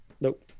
Nope